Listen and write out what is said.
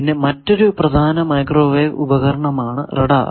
പിന്നെ മറ്റൊരു പ്രധാന മൈക്രോവേവ് ഉപകരണമാണ് റഡാർ